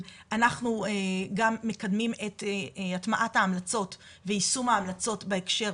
אנחנו גם מקדמים את הטמעת ויישום ההמלצות בהקשר,